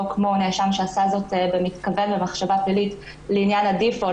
כמו נאשם שעשה זאת במתכוון במחשבה פלילית לעניין ברירת המחדל,